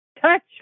touch